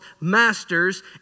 masters